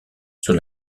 sur